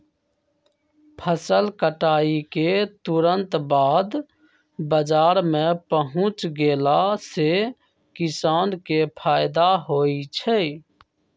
फसल कटाई के तुरत बाद बाजार में पहुच गेला से किसान के फायदा होई छई